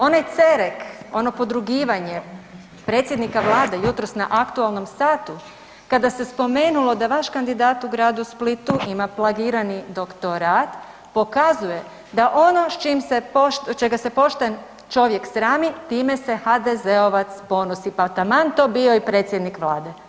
Onaj cerek, ono podrugivanje predsjednika Vlade jutros na aktualnom satu kada se spomenulo da vaš kandidat u gradu Splitu ima plagirani doktorat pokazuje da ono čega se pošten čovjek srami time se HDZ-ovac ponosi pa tam to bio i predsjednik Vlade.